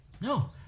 No